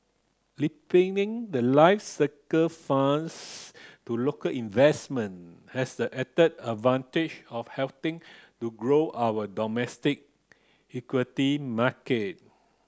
the life cycle funds to local investment has the added advantage of helping to grow our domestic equity market